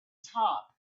top